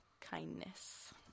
kindness